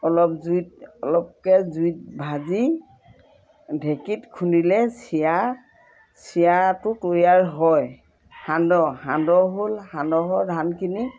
অলপ জুইত অলপকৈ জুইত ভাজি ঢেঁকীত খুন্দিলে চিৰা চিৰাটো তৈয়াৰ হয় সান্দহ সান্দহ হ'ল সান্দহৰ ধানখিনি